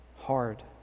hard